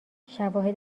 شواهد